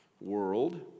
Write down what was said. world